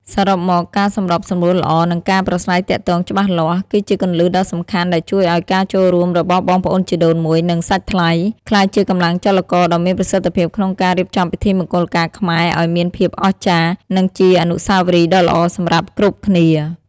សរុបមក ការសម្របសម្រួលល្អ និងការប្រាស្រ័យទាក់ទងច្បាស់លាស់ គឺជាគន្លឹះដ៏សំខាន់ដែលជួយឱ្យការចូលរួមរបស់បងប្អូនជីដូនមួយ និងសាច់ថ្លៃ ក្លាយជាកម្លាំងចលករដ៏មានប្រសិទ្ធភាពក្នុងការរៀបចំពិធីមង្គលការខ្មែរឱ្យមានភាពអស្ចារ្យ និងជាអនុស្សាវរីយ៍ដ៏ល្អសម្រាប់គ្រប់គ្នា។